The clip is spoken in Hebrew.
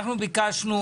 אנחנו ביקשנו,